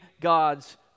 God's